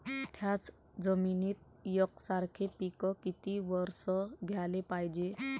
थ्याच जमिनीत यकसारखे पिकं किती वरसं घ्याले पायजे?